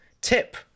Tip